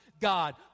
God